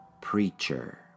Preacher